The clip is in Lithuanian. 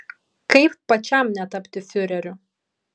kaip pačiam netapti fiureriu